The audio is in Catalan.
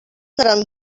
seran